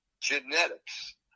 genetics